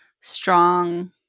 strong